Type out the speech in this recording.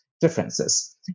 Differences